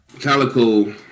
Calico